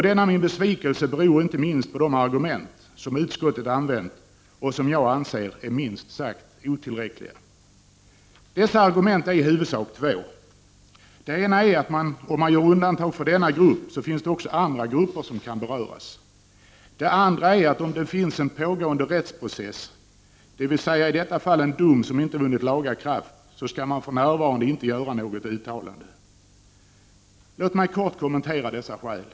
Denna min besvikelse beror inte minst på de argument som utskottet har använt och som jag anser vara minst sagt otillräckliga. Dessa argument är i huvudsak två. Det ena är, att om man gör undantag för denna grupp, kan också andra grupper beröras. Det andra är, att om det finns en pågående rättsprocess, dvs. i detta fall en dom som inte har vunnit laga kraft, skall man för närvarande inte göra något uttalande. Låt mig kort kommentera dessa skäl.